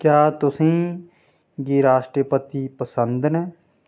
क्या तुसेंई गी राश्ट्रपति पसंद न